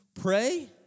Pray